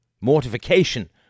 mortification